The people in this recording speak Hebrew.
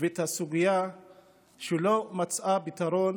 ואת הסוגיה שלא מצאה פתרון